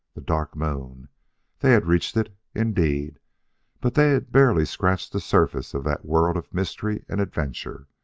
the dark moon they had reached it, indeed but they had barely scratched the surface of that world of mystery and adventure.